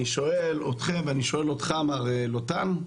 אני שואל אותך מר לוטן,